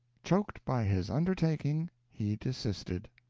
choked by his undertaking, he desisted.